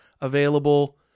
available